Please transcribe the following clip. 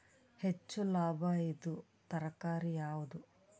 ಹೆಚ್ಚು ಲಾಭಾಯಿದುದು ತರಕಾರಿ ಯಾವಾದು?